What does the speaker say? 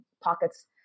pockets